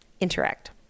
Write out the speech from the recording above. interact